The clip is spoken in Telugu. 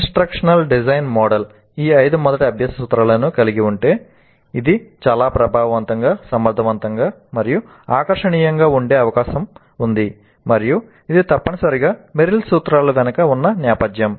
ఇంస్ట్రక్షనల్ డిజైన్ మోడల్ ఈ ఐదు మొదటి అభ్యాస సూత్రాలను కలిగి ఉంటే అది చాలా ప్రభావవంతంగా సమర్థవంతంగా మరియు ఆకర్షణీయంగా ఉండే అవకాశం ఉంది మరియు ఇది తప్పనిసరిగా మెరిల్ సూత్రాల వెనుక ఉన్న నేపథ్యం